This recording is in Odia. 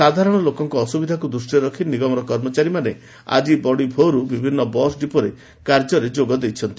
ସାଧାରଣ ଲୋକଙ୍କ ଅସୁବିଧାକୁ ଦୃଷ୍ଟିରେ ରଖି ନିଗମର କର୍ମଚାରୀମାନେ ଆକି ବଡ଼ି ଭୋର୍ରୁ ବିଭିନ୍ନ ବସ୍ ଡିପୋରେ କାର୍ଯ୍ୟରେ ଯୋଗ ଦେଇଛନ୍ତି